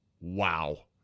Wow